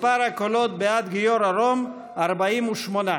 מספר הקולות בעד גיורא רום, 48,